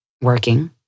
working